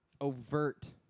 overt